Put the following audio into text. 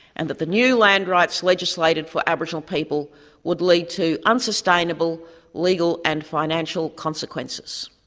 and that the new land rights legislated for aboriginal people would lead to unsustainable legal and financial consequences.